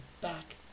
back